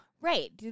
Right